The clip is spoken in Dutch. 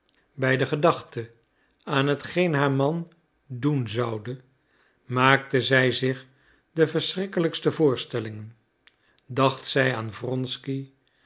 bij de gedachte aan hetgeen haar man doen zoude maakte zij zich de verschrikkelijkste voorstellingen dacht zij aan wronsky